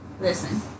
listen